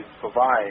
provide